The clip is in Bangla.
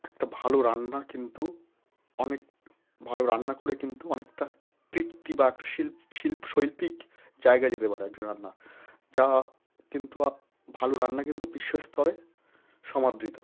একটা ভালো রান্নার কিন্তু অনেক ভালো রান্না করে কিন্তু অনেকটা তৃপ্তি বা একটা শিল্পী শৈল্পিক জায়গায় যেতে পারে একটা রান্না যা কিন্তু ভালো রান্না কিন্তু বিশ্ব স্তরে সমাদৃত